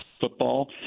football